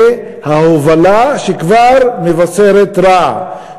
זה ההובלה שכבר מבשרת רע,